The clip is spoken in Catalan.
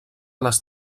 les